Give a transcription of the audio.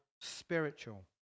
spiritual